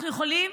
אנחנו יכולים